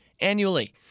annually